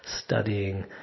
studying